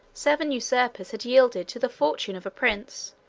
seven usurpers had yielded to the fortune of a prince,